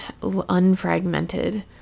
unfragmented